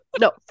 No